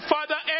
Father